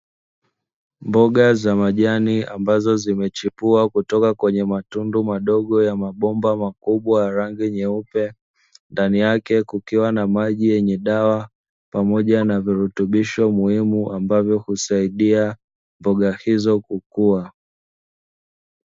Mboga za majani ambazo zimechipua kutoka kwenye matundu madogo ya mabomba makubwa ya rangi nyeupe, ndani yake kukiwa na maji yenye dawa pamoja na virutubisho muhimu ambavyo husaidia mboga hizo kukua.